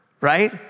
Right